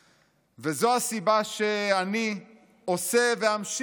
וזו הסיבה שאני עושה ואמשיך לעשות